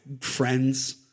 friends